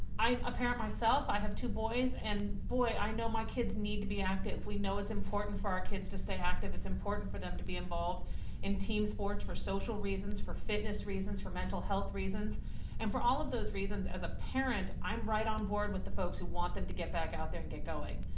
a parent myself, i have two boys and boy, i know my kids need to be active. we know it's important for our kids to stay active, it's important for them to be involved in team sports for social reasons, for fitness reasons, for mental health reasons and for all of those reasons as a parent i'm right on board with the folks who want them to get back out there and get going.